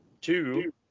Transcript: two